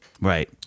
right